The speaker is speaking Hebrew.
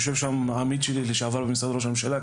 יושב שם עמית שלי לשעבר ממשרד ראש הממשלה,